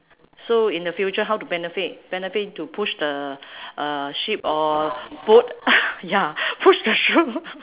so in the future how to benefit benefit to push the uh ship or boat ya push the